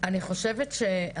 מדברת באופן עקרוני.